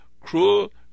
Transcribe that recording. cruel